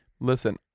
listen